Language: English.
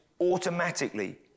automatically